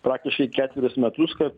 praktiškai ketverius metus kad